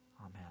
Amen